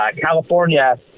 California